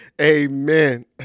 Amen